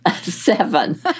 Seven